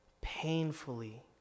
painfully